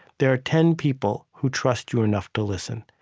there are ten people who trust you enough to listen.